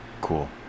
Cool